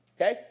okay